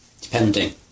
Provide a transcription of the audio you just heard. depending